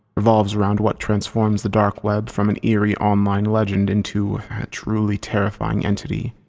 revolves around what transforms the dark web from an eerie online legend into a truly terrifying entity.